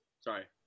Sorry